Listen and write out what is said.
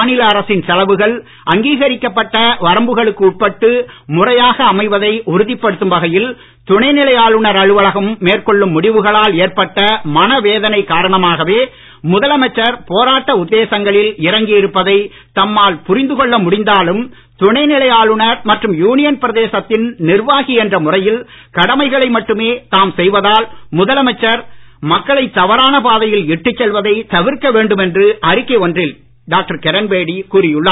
மாநில அரசின் செலவுகள் அங்கீகரிக்கப்பட்ட வரம்புகளுக்கு உட்பட்டு முறையாக அமைவதை உறுதிப்படுத்தும் வகையில் துணைநிலை ஆளுநர் அலுவலகம் மேற்கொள்ளும் முடிவுகளால் ஏற்பட்ட மனவேதனை காரணமாகவே முதலமைச்சர் போராட்ட உத்தேசங்களில் இறங்கி இருப்பதை தம்மால் புரிந்து கொள்ள முடிந்தாலும் துணைநிலை ஆளுநர் மற்றும் யூனியன் பிரதேசத்தின் நிர்வாகி என்ற முறையில் கடமைகளை மட்டுமே தாம் செய்வதால் முதலமைச்சர் மக்களை தவறான பாதையில் இட்டுச் செல்வதை தவிர்க்க வேண்டும் என்றும் அறிக்கை ஒன்றில் டாக்டர் கிரண்பேடி கூறியுள்ளார்